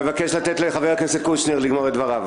אני מבקש לתת לחבר הכנסת קושניר לומר את דבריו.